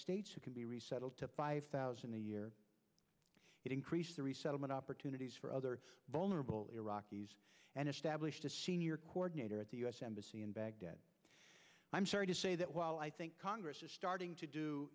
states who can be resettled five thousand a year it increased the resettlement opportunities for other vulnerable iraqis and established a senior coordinator at the us embassy in baghdad i'm sorry to say that while i think congress is starting to do